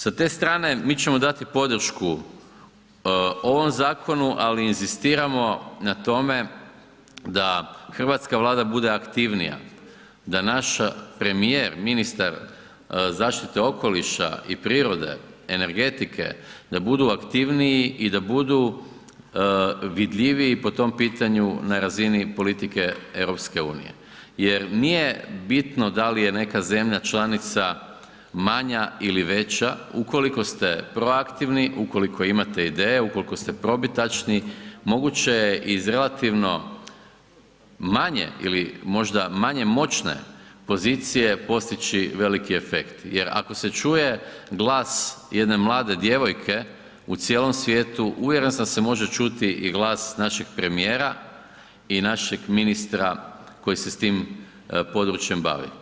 Sa te strane mi ćemo dati podršku ovom zakonu, ali inzistiramo na tome da hrvatska Vlada bude aktivnija, da naš premijer, ministar zaštite okoliša i prirode, energetike, da budu aktivniji i da budu vidljiviji po tom pitanju na razini politike EU jer nije bitno da li je neka zemlja članica manja ili veća, ukoliko ste proaktivni ukoliko imate ideje, ukoliko ste probitačni moguće je iz relativno manje ili možda manje moćne pozicije postići veliki efekt, jer ako se čuje glas jedne mlade djevojke u cijelom svijetu uvjeren sam da se može čuti i glas našeg premijera i našeg ministra koji se s tim područjem bavi.